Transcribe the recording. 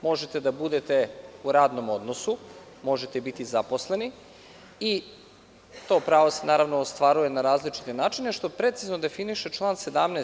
Možete da budete u radnom odnosu, možete biti zaposleni i to pravo se ostvaruje na različite načine, što precizno definiše član 17.